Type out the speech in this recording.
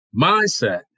Mindset